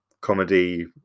comedy